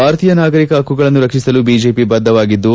ಭಾರತೀಯ ನಾಗರಿಕರ ಹಕ್ಕುಗಳನ್ನು ರಕ್ಷಿಸಲು ಬಿಜೆಪಿ ಬದ್ಧವಾಗಿದ್ದು